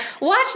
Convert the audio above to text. watch